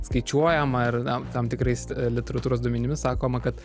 skaičiuojama ir na tam tikrais literatūros duomenimis sakoma kad